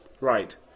Right